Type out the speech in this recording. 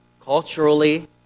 culturally